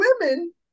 women